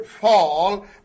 fall